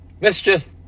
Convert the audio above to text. Mischief